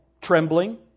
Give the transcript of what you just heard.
trembling